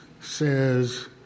says